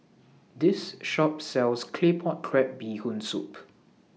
This Shop sells Claypot Crab Bee Hoon Soup